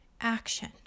action